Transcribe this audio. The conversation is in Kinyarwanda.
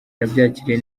nabyakiriye